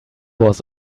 was